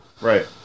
Right